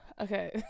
Okay